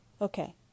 Okay